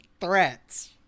threats